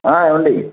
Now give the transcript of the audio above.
ఏవండీ